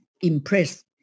impressed